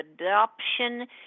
adoption